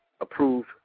approved